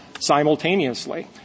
simultaneously